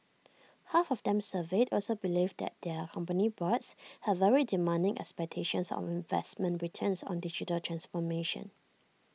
half of them surveyed also believed that their company boards had very demanding expectations of investment returns on digital transformation